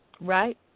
Right